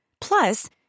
Plus